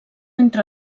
entre